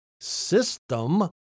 system